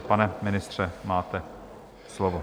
Pane ministře, máte slovo.